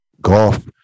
Golf